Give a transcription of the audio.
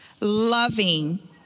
loving